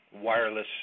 wireless